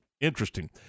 Interesting